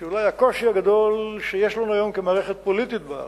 שאולי הקושי הגדול שיש לנו היום כמערכת פוליטית בארץ,